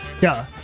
duh